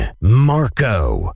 Marco